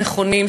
נכונים,